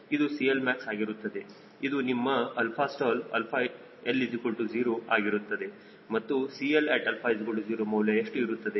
ಇದು CLmax ಆಗಿರುತ್ತದೆ ಇದು ನಿಮ್ಮ 𝛼stall 𝛼L0 ಆಗಿರುತ್ತದೆ ಮತ್ತು 𝐶Lat α0 ಮೌಲ್ಯ ಎಷ್ಟು ಇರುತ್ತದೆ